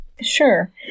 Sure